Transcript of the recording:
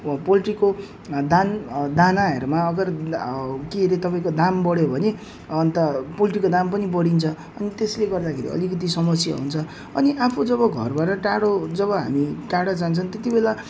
पोल्ट्रीको दाना दानाहरूमा अगर ल के अरे तपाईँको दाम बढ्यो भने अन्त पोल्ट्रीको दाम पनि बढिदिन्छ अनि त्यसले गर्दाखेरि अलिकति समस्या हुन्छ अनि आफू जब घरबाट टाढो जब हामी टाडो जान्छौँ त्यति बेला